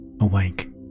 awake